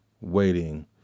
waiting